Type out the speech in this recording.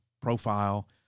profile